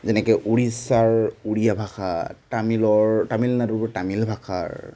যেনেকৈ উৰিষ্যাৰ উড়িয়া ভাষা তামিলৰ তামিলনাডুৰ তামিল ভাষাৰ